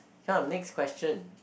come next question